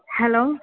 hello